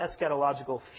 eschatological